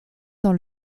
dans